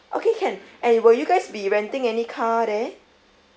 okay can and will you guys be renting any car there